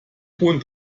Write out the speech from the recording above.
ton